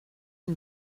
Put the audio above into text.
une